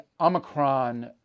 Omicron